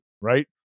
right